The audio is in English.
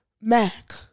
Mac